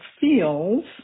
feels